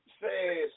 says